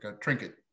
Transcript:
trinket